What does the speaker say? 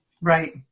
Right